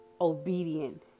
obedient